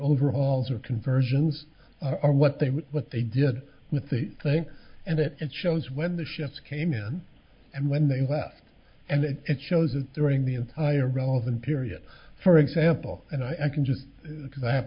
overalls or conversions or what they were what they did with the thing and it shows when the ships came in and when they left and it shows it during the entire relevant period for example and i can just because i